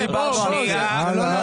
לא דיברנו על זה.